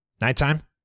Nighttime